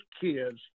kids